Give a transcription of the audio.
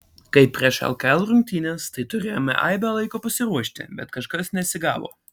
kaip prieš lkl rungtynes tai turėjome aibę laiko pasiruošti bet kažkas nesigavo